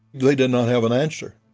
they did not have an answer.